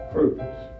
purpose